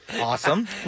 Awesome